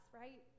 right